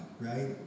right